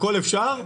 הכול אפשר,